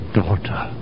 daughter